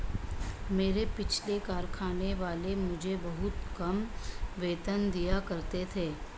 मेरे पिछले कारखाने वाले मुझे बहुत कम वेतन दिया करते थे